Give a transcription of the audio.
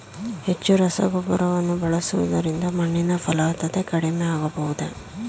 ಹೆಚ್ಚು ರಸಗೊಬ್ಬರವನ್ನು ಬಳಸುವುದರಿಂದ ಮಣ್ಣಿನ ಫಲವತ್ತತೆ ಕಡಿಮೆ ಆಗಬಹುದೇ?